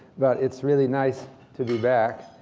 but it's really nice to be back.